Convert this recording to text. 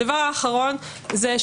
הדבר האחרון זה,